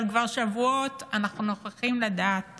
אבל כבר שבועות אנחנו נוכחים לדעת